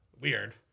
weird